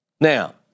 Now